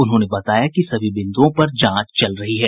उन्होंने बताया कि सभी बिंदुओं पर जांच की जा रही है